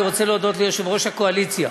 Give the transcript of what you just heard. אני רוצה להודות ליושב-ראש הקואליציה